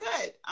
Good